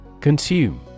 Consume